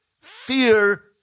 Fear